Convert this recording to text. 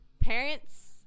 parents